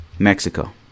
Mexico